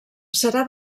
serà